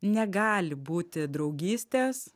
negali būti draugystės